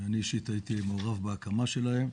אני אישית הייתי מעורב בהקמה שלהם.